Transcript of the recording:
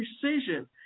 precision